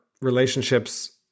relationships